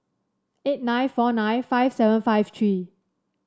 eight nine four nine five seven five three